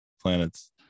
planets